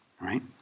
right